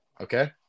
Okay